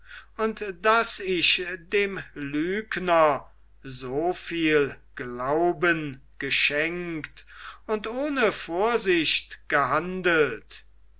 und daß ich dem lügner so viel glauben geschenkt und ohne vorsicht gehandelt